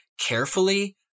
carefully